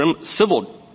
civil